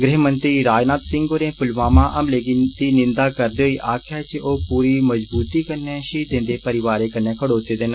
गृहमंत्री राजनाथ सिंह होरें पुलवामा हमले दी निंदा करदे होई आक्खेआ जे ओह् पूरी मजबूती कन्नै षहीदें दे परिवारें कन्नै खड़ोते देन